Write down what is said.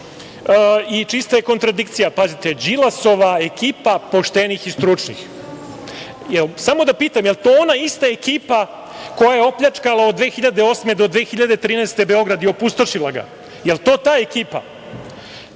i čista je kontradikcija. Pazite, Đilasova ekipa poštenih i stručnih. Samo da pitam, da li je to ona ista ekipa koja je opljačkala od 2008. do 2013. godine, Beograd i opustošila ga? Da li je to ta